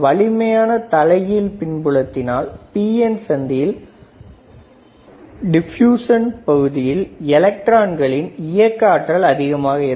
வலிமையான தலைகீழ் பின்புலத்தினால் பிஎன் சந்தியின் டிப்ளுசன் பகுதியில் எலக்ட்ரான்களின் இயக்க ஆற்றல் அதிகமாக இருக்கும்